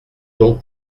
donc